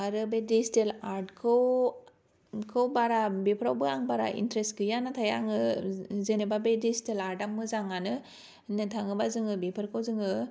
आरो बे digital art खौ बारा बेफ्रावबो आं बारा इन्थ्रेस गैया नाथाय आङो जेनेबा बे डिजिटेल आर्टआ मोजाङानो नायनो थाङोबा जोङो बेफोरखौ जोङो